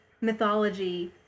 mythology